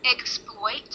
exploit